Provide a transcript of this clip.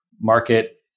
market